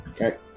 Okay